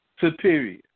superior